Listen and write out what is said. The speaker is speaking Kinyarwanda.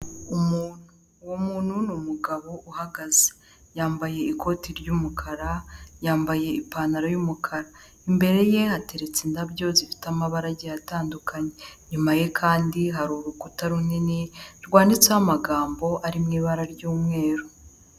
Umuntu, uwo muntu n’umugabo uhagaze yambaye ikoti ry'umukara, yambaye ipantaro y'umukara, imbere ye hateretse indabyo zifite amabara agiye atandukanye, inyuma ye kandi har’urukuta runini rwanditseho amagambo ari mw’ibara ry'umweru.